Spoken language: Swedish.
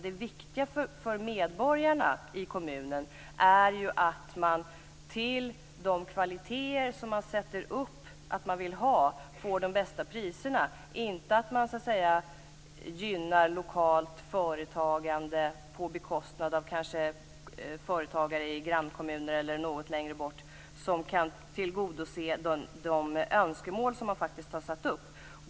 Det viktiga för medborgarna i kommunen är ju att man till de kvaliteter som man sätter upp att man vill ha får de bästa priserna, inte att man så att säga gynnar lokalt företagande på bekostnad av kanske företagare i grannkommuner eller något längre bort som kan tillgodose de önskemål som man faktiskt har satt upp.